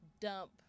dump